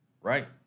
right